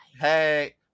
Hey